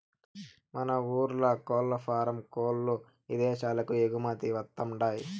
మన ఊర్ల కోల్లఫారం కోల్ల్లు ఇదేశాలకు ఎగుమతవతండాయ్